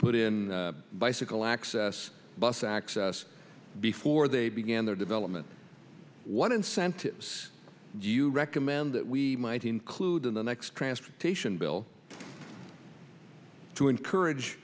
put in bicycle access bus access before they begin their development what incentives do you recommend that we might include in the next transportation bill to encourage